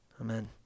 Amen